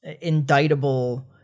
indictable